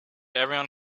everyone